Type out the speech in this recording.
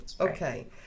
okay